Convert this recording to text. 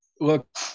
Look